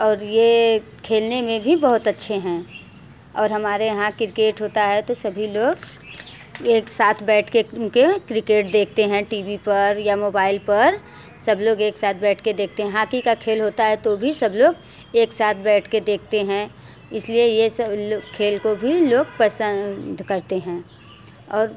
और यह खेलने में भी बहुत अच्छे हैं और हमारे यहाँ क्रिकेट होता है तो सभी लोग एक साथ बैठ कर उनके क्रिकेट देखते हैं टी वी पर या मोबाइल पर सब लोग एक साथ बैठ कर देखते हैं हाथी का खेल होता है तो भी सब लोग एक साथ बैठ कर देखते हैं इसलिए यह सब लो खेल को भी लोग पसंद करते हैं और